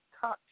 touch